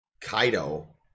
Kaido